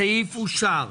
הצבעה הסעיף אושר.